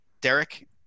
Derek